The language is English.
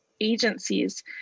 agencies